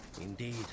Indeed